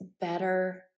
better